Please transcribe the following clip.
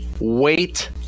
Wait